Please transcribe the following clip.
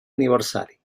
aniversari